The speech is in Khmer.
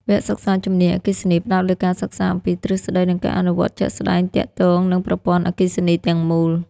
វគ្គសិក្សាជំនាញអគ្គិសនីផ្តោតលើការសិក្សាអំពីទ្រឹស្តី និងការអនុវត្តជាក់ស្តែងទាក់ទងនឹងប្រព័ន្ធអគ្គិសនីទាំងមូល។